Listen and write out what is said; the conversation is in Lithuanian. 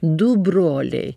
du broliai